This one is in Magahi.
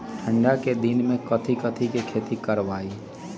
ठंडा के दिन में कथी कथी की खेती करवाई?